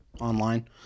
online